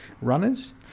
runners